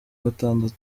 gatandatu